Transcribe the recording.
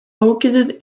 located